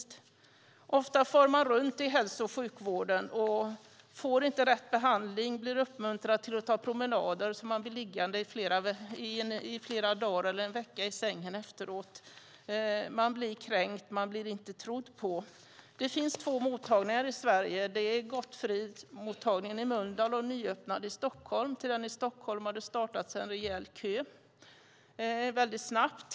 Dessa människor far ofta runt i hälso och sjukvården och får inte rätt behandling. De blir uppmuntrade till att ta promenader och blir liggande i flera dagar eller en vecka i sängen efteråt. De blir kränkta och inte trodda. Det finns två mottagningar i Sverige. Det är Gottfriesmottagningen i Mölndal och en nyöppnad i Stockholm. Det har väldigt snabbt bildats en rejäl kö till den i Stockholm.